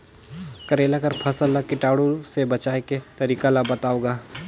करेला कर फसल ल कीटाणु से बचाय के तरीका ला बताव ग?